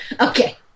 Okay